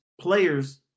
players